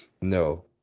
No